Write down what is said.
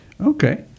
Okay